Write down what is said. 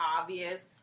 obvious